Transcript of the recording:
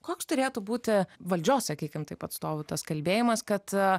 koks turėtų būti valdžios sakykime taip atstovų tas kalbėjimas kad